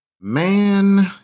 man